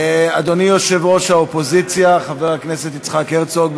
אדוני יושב-ראש האופוזיציה חבר הכנסת יצחק הרצוג,